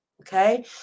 Okay